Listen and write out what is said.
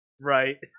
Right